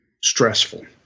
stressful